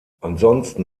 ansonsten